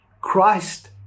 Christ